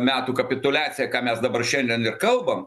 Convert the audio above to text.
metų kapituliacija ką mes dabar šiandien ir kalbam